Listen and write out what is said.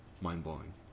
mind-blowing